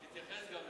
שיתייחס גם,